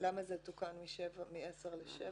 למה זה תוקן מ-10 לשבע?